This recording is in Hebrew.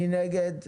מי נגד?